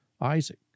Isaac